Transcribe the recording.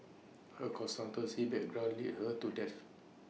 her consultancy background lead her to death